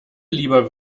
lieber